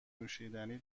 نوشیدنی